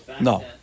No